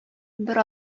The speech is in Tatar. бер